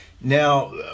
Now